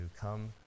come